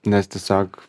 nes tiesiog